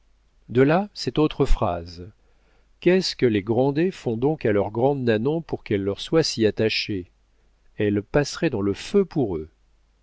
de là cette autre phrase qu'est-ce que les grandet font donc à leur grande nanon pour qu'elle leur soit si attachée elle passerait dans le feu pour eux